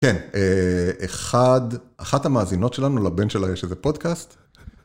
כן, אחת המאזינות שלנו, לבן שלה יש איזה פודקאסט.